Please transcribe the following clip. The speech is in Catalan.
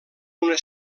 una